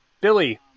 Billy